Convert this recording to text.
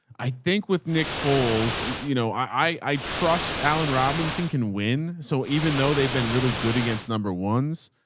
i think with nick foals, you know, i, i trust allen robinson can win. so even though they've been really good against number ones,